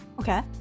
okay